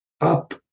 up